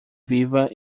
viva